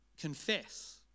Confess